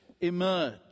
emerge